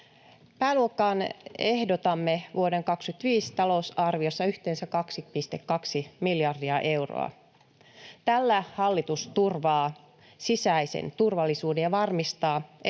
Pääluokkaan ehdotamme vuoden 25 talousarviossa yhteensä 2,2 miljardia euroa. Tällä hallitus turvaa sisäisen turvallisuuden ja varmistaa, että